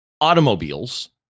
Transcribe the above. automobiles